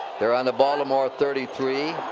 they're on the baltimore thirty three.